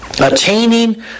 attaining